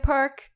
Park